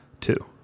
Two